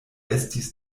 estis